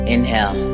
Inhale